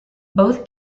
both